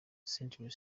century